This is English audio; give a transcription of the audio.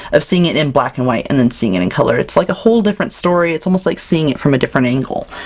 of seeing it in black and white, and then seeing it in color. it's like a whole different story. it's almost like seeing it from a different angle!